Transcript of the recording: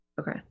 Okay